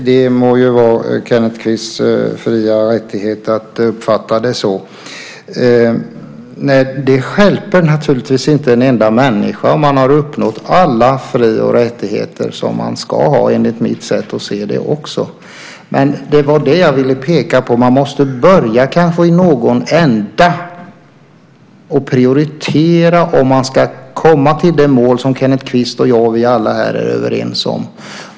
Fru talman! Det må vara Kenneth Kvists fria rättighet att uppfatta det så. Det stjälper naturligtvis inte en enda människa om man har uppnått alla fri och rättigheter som man ska ha enligt mitt sätt att se det också. Men jag ville peka på att man kanske måste börja i någon ända och prioritera om man ska komma till det mål som Kenneth Kvist, jag och vi alla här är överens om.